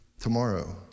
tomorrow